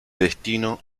destino